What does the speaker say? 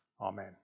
Amen